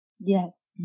Yes